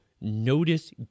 notice